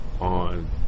on